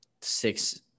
six